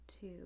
two